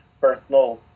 personal